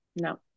No